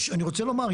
אני רוצה לומר,